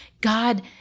God